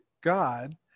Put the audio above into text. God